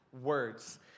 words